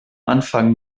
anfang